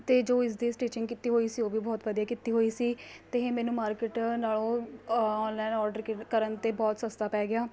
ਅਤੇ ਜੋ ਇਸਦੀ ਸਟੀਚਿੰਗ ਕੀਤੀ ਹੋਈ ਸੀ ਉਹ ਵੀ ਬਹੁਤ ਵਧੀਆ ਕੀਤੀ ਹੋਈ ਸੀ ਅਤੇ ਇਹ ਮੈਨੂੰ ਮਾਰਕੀਟ ਨਾਲੋਂ ਔਨਲਾਈਨ ਔਡਰ ਕਰਨ 'ਤੇ ਬਹੁਤ ਸਸਤਾ ਪੈ ਗਿਆ